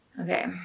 Okay